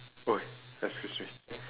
!oi! excuse me